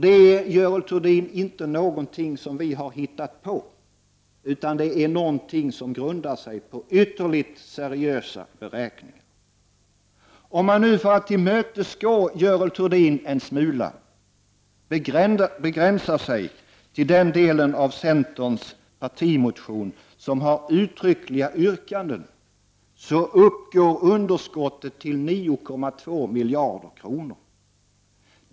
Det är, Görel Thurdin, inte någonting som vi har hittat på, utan det grundar sig på ytterligt seriösa beräkningar. Om jag nu, för att tillmötesgå Görel Thurdin en smula, begränsar mig till den delen av centerns partimotion som har uttryckliga yrkanden, uppgår underskottet till 9,2 miljarder kronor.